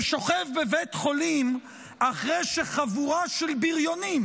ששוכב בבית חולים אחרי שחבורה של בריונים